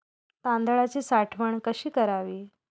तांदळाची साठवण कशी करावी?